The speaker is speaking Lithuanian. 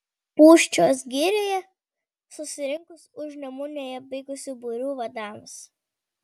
pūščios girioje susirinkus užnemunėje veikusių būrių vadams